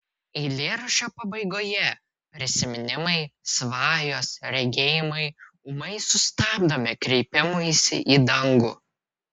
eilėraščio pabaigoje prisiminimai svajos regėjimai ūmai sustabdomi kreipimusi į dangų